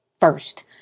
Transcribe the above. First